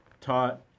taught